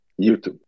YouTube